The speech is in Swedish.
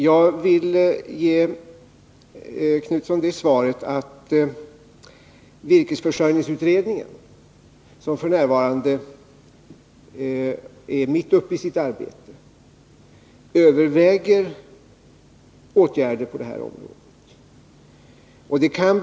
Jag vill då svara Göthe Knutson att virkesförsörjningsutredningen, som f. n. är mitt uppe i sitt arbete, överväger åtgärder på det här området.